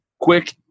Quick